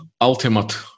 ultimate